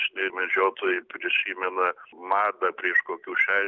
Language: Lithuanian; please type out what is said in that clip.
medžiotojai prisimena madą prieš kokių šešiasdešimt